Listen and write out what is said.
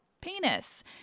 penis